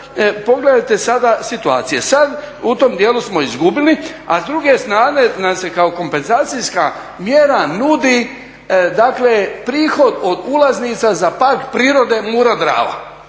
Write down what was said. pogledajte sada situacije. Sad u tom dijelu smo izgubili, a s druge strane nam se kao kompenzacijska mjera nudi, dakle prihod od ulaznica za Park prirode Mura-Drava.